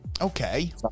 Okay